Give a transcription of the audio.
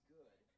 good